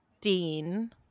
Dean